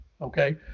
okay